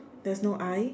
there is no eye